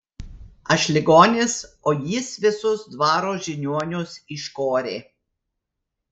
aš ligonis o jis visus dvaro žiniuonius iškorė